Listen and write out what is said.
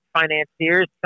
financiers